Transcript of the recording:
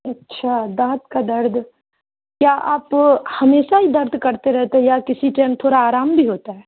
اچھا دانت کا درد کیا آپ ہمیشہ ہی درد کرتے رہتے یا کسی ٹایم تھوڑا آرام ہوتا ہے